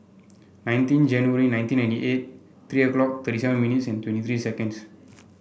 nineteen January nineteen ninety eight three o'clock thirty seven minutes and twenty three seconds